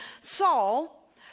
Saul